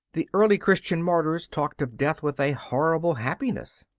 the early christian martyrs talked of death with a horrible happiness.